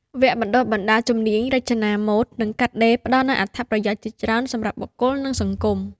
វគ្គបណ្តុះបណ្តាលជំនាញ រចនាម៉ូដ និងកាត់ដេរ ផ្តល់នូវអត្ថប្រយោជន៍ជាច្រើនសម្រាប់បុគ្គល និងសង្គម។